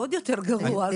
עוד יותר גרוע.